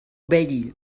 vell